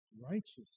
righteous